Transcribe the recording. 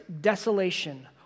desolation